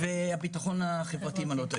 והביטחון החברתי מאיר כהן,